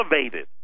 elevated